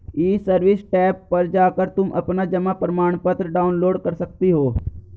ई service tab पर जाकर तुम अपना जमा प्रमाणपत्र डाउनलोड कर सकती हो